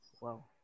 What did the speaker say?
Wow